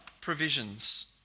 provisions